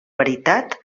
veritat